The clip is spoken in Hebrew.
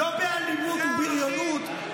אלה הערכים?